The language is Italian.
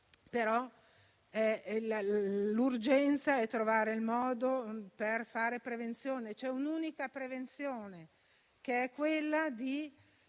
dopo. L'urgenza è trovare il modo per fare prevenzione. C'è un'unica prevenzione, che è non avere